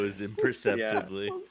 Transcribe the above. imperceptibly